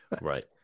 Right